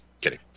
kidding